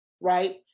right